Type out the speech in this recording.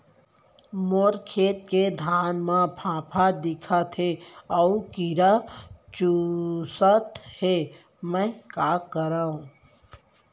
मोर खेत के धान मा फ़ांफां दिखत हे अऊ कीरा चुसत हे मैं का करंव?